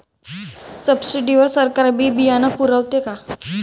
Subsidy वर सरकार बी बियानं पुरवते का?